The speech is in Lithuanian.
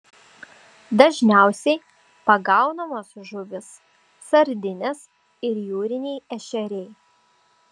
dažniausiai pagaunamos žuvys sardinės ir jūriniai ešeriai